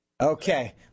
Okay